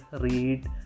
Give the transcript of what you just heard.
read